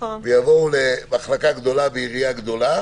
-- ויבואו למחלקה גדולה בעירייה גדולה,